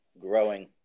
growing